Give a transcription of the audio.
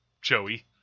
Joey